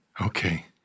Okay